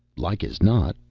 like as not.